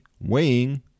weighing